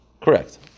Correct